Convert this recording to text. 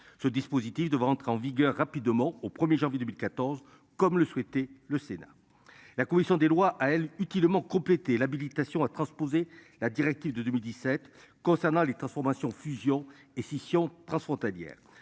ce dispositif devrait entrer en vigueur rapidement au 1er janvier 2014 comme le souhaitait le Sénat, la commission des lois à elle utilement compléter l'habilitation à transposer la directive de 2017 concernant les transformations fusions et scissions transfrontalière